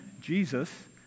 Jesus